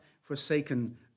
forsaken